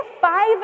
five